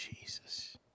Jesus